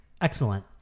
excellent